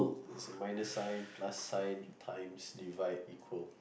there's a minus sign plus sign times divide equal